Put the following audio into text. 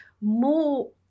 more